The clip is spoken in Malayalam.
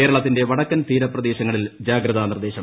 കേരളത്തിന്റെ വടക്കൻ തീരപ്രദേശങ്ങളിൽ ജാഗ്രതാ നിർദ്ദേശം